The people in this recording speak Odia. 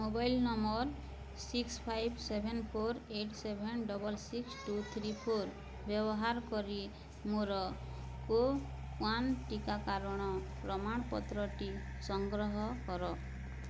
mobile number six five seven four eight seven double six two three four ବ୍ୟବହାର କରି ମୋର କୋୱାନ୍ ଟିକାକାରଣର ପ୍ରମାଣପତ୍ରଟି ସଂଗ୍ରହ କର